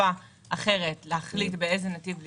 חלופה אחרת להחליט באיזה נתיב לנסוע.